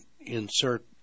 insert